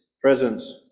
presence